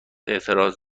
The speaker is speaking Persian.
اعتراض